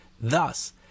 Thus